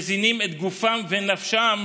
מזינים את גופם ונפשם